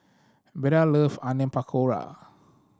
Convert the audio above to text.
Beda love Onion Pakora